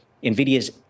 NVIDIA's